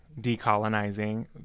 decolonizing